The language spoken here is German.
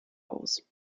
aus